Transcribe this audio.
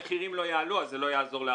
המחירים לא יעלו אז זה לא יעזור ל"הר-טוב".